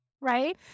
Right